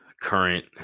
current